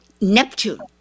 neptune